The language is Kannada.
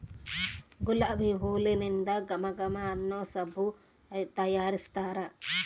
ಗುಲಾಬಿ ಹೂಲಿಂದ ಘಮ ಘಮ ಅನ್ನೊ ಸಬ್ಬು ತಯಾರಿಸ್ತಾರ